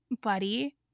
Buddy